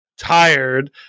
Tired